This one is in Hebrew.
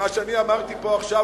מה שאמרתי פה עכשיו,